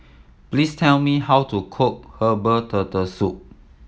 please tell me how to cook herbal Turtle Soup